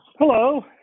Hello